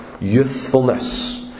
youthfulness